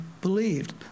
believed